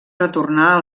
retornar